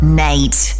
nate